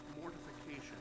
mortification